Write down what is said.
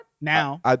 Now